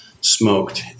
smoked